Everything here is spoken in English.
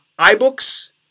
iBooks